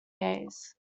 days